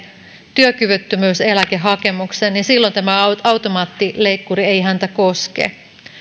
työkyvyttömyyseläkehakemuksen silloin tämä automaattileikkuri ei häntä koske